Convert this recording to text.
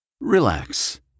Relax